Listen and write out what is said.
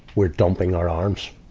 we're dumping our arms.